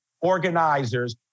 organizers